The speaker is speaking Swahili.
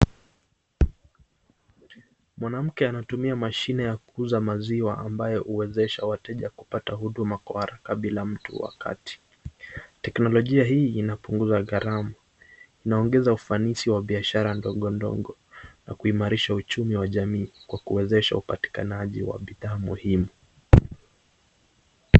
Mwanamke anatumia mashini ya kuuza maziwa ambayo huwezesha wateja kupata huduma kwa haraka bila mtu wa kati. Teknolojia hii inapunguza gharama, inaongeza ufanisi wa biashara ndogo ndogo na kuimarisha uchumi wa jamii kwa kuwezesha upatikanaji wa bidhaa muhimu.